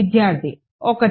విద్యార్థి 1